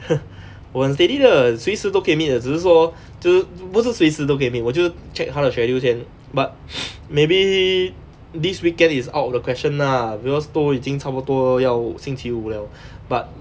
我很 steady 的随时都可以 meet 的只是说就是不是随时都可以 meet 我就是 check 她的 schedule 先 but maybe this weekend is out of the question lah because 都已经差不多要星期五 liao but